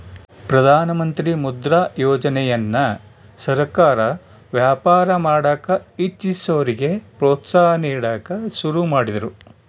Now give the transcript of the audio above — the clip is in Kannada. ಪ್ರಧಾನಮಂತ್ರಿ ಮುದ್ರಾ ಯೋಜನೆಯನ್ನ ಸರ್ಕಾರ ವ್ಯಾಪಾರ ಮಾಡಕ ಇಚ್ಚಿಸೋರಿಗೆ ಪ್ರೋತ್ಸಾಹ ನೀಡಕ ಶುರು ಮಾಡಿದ್ರು